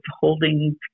holding